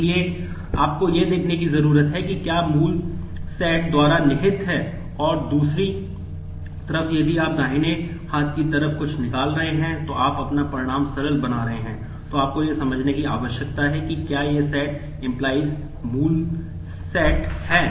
इसलिए आपको यह देखने की ज़रूरत है कि क्या मूल सेट है